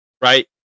right